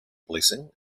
blessing